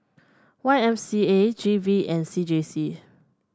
Y M C A G V and C J C